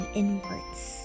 inwards